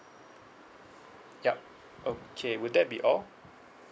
yup okay would that be all